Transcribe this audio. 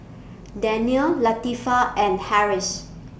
Danial Latifa and Harris